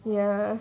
ya